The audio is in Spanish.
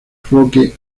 roque